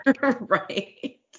Right